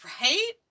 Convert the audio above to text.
Right